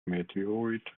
meteorite